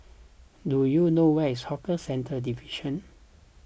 do you know where is Hawker Centres Division